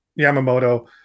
Yamamoto